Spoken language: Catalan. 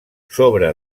sobre